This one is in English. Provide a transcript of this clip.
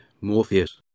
Morpheus